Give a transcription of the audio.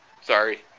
sorry